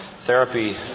therapy